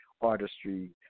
artistry